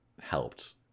helped